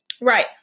Right